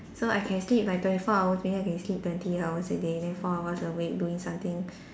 so I can sleep like twenty four hours ya I can sleep twenty hours a day then four hours awake doing something